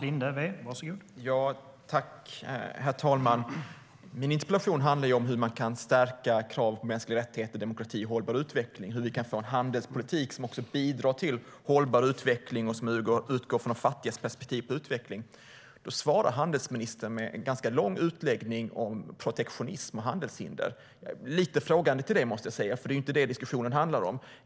Herr talman! Min interpellation handlar om hur vi kan stärka kraven på mänskliga rättigheter, demokrati och hållbar utveckling och hur vi kan få en handelspolitik som bidrar till hållbar utveckling och utgår från de fattigas perspektiv på utveckling. Handelsministern svarar med en ganska lång utläggning om protektionism och handelshinder. Jag ställer mig lite frågande till det, för det är inte det diskussionen handlar om.